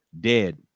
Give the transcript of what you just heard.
Dead